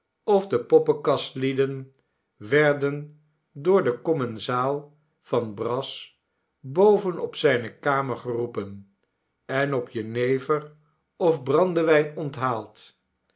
of de poppenkastlieden werden door den commensaal van brass boven op zijne kamer geroepen en op jenever of brandewijn onthaald